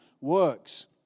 works